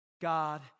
God